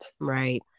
Right